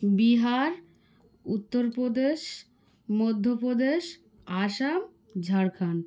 Bihar Uttar Pradesh Madhya Pradesh Assam Jharkhand